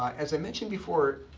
as i mentioned before,